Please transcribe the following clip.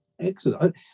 excellent